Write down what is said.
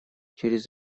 через